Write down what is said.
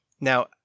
Now